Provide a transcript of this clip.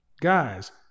guys